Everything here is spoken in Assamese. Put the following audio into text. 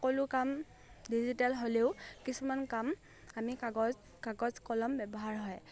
সকলো কাম ডিজিটেল হ'লেও কিছুমান কাম আমি কাগজ কাগজ কলম ব্যৱহাৰ হয়